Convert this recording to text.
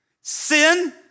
Sin